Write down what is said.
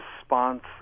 response